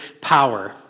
power